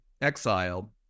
Exile